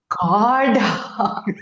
God